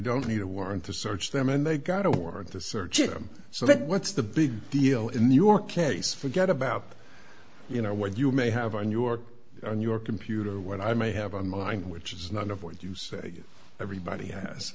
don't need a warrant to search them and they go to work to search him so that what's the big deal in your case forget about you know what you may have on your on your computer what i may have on mine which is none of what you say everybody has